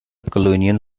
colonial